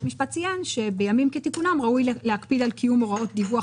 בית המשפט ציין שבימים כתיקונם ראוי להקפיד על קיום הוראות דיווח